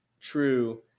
true